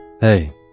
Hey